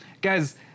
guys